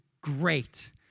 great